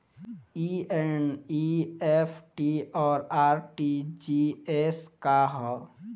ई एन.ई.एफ.टी और आर.टी.जी.एस का ह?